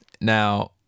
Now